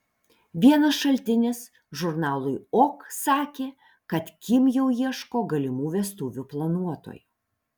vienas šaltinis žurnalui ok sakė kad kim jau ieško galimų vestuvių planuotojų